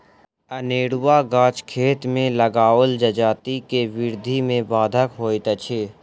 अनेरूआ गाछ खेत मे लगाओल जजाति के वृद्धि मे बाधक होइत अछि